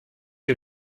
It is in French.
que